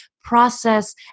process